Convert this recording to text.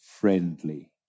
friendly